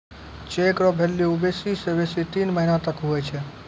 cheque रो भेल्यू बेसी से बेसी तीन महीना तक हुवै छै